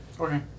Okay